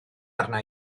arna